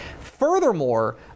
Furthermore